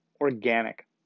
organic